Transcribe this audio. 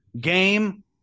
Game